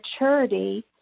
maturity